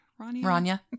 Rania